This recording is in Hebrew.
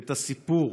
את הסיפור